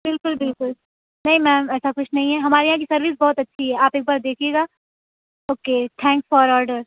بالکل بالکل نہیں میم ایسا کچھ نہیں ہے ہمارے یہاں کی سروس بہت اچھی ہے آپ ایک بار دیکھیے گا اوکے تھینکس فار آرڈر